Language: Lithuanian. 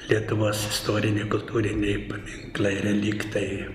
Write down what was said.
lietuvos istoriniai kultūriniai paminklai reliktai